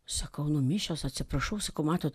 sakau nu mišios atsiprašau sakau matot